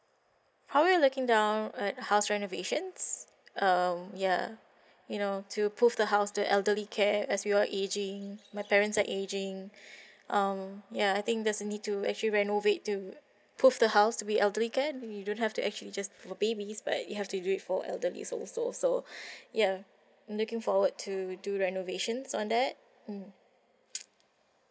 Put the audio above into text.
looking down at house renovations um ya you know to poof the house to elderly care as you're aging my parents are aging um ya I think there's a need to actually renovate to poof the house to be elderly cared then you don't have to actually just for babies but you have to do it for elderly also so ya I'm looking forward to do renovations on that mm